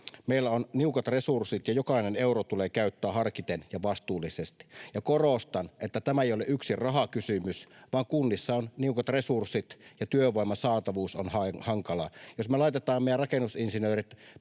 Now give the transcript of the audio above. Meillä on niukat resurssit, ja jokainen euro tulee käyttää harkiten ja vastuullisesti. Ja korostan, että tämä ei ole yksin rahakysymys, vaan kunnissa on niukat resurssit ja työvoiman saatavuus on hankalaa. Jos me laitetaan meidän rakennusinsinöörit